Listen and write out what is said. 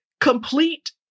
Complete